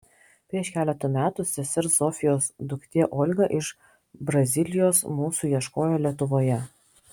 prieš keletą metų sesers zofijos duktė olga iš brazilijos mūsų ieškojo lietuvoje